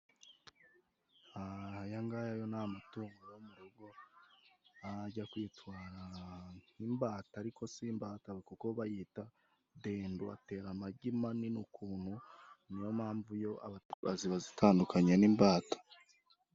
Ayangaya yo ni amatungo yo mu rugo ajya kwitwara nk'imbata, ariko si imbataba kuko bayita ndedo, atera amagi manini ukuntu, niyo mpamvu yo abatabizi batazitandukanya n'imbata.